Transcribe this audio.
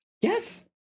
Yes